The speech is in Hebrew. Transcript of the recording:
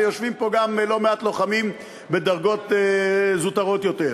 ויושבים פה גם לא מעט לוחמים בדרגות זוטרות יותר.